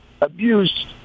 abused